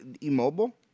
immobile